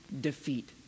defeat